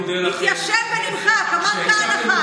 מתיישב ונמחק, אמר "כהנא חי".